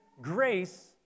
grace